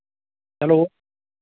hello